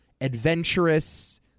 adventurous